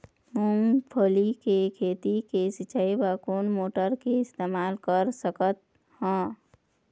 मूंगफली के खेती के सिचाई बर कोन मोटर के इस्तेमाल कर सकत ह?